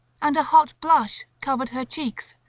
and a hot blush covered her cheeks.